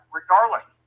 regardless